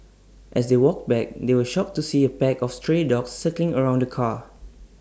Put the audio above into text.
as they walked back they were shocked to see A pack of stray dogs circling around the car